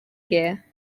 gear